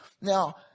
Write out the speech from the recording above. Now